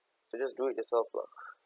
so just do it yourself lah